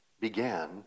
began